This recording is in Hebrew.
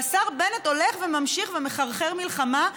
והשר בנט הולך וממשיך ומחרחר מלחמה,